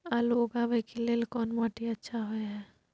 आलू उगाबै के लेल कोन माटी अच्छा होय है?